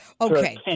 Okay